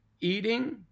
Eating